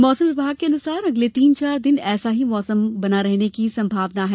मौसम विभाग के अनुसार अगले तीन चार दिन मौसम ऐसा ही रहने की संभावना है